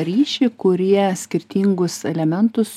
ryšį kurie skirtingus elementus